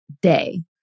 day